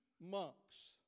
monks